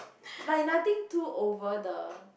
like nothing too over the